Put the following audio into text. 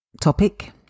topic